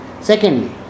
Secondly